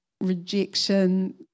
rejection